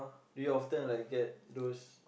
do you often like get those